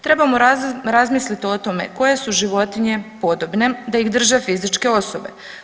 Trebamo razmislit o tome koje su životinje podobne da ih drže fizičke osobe.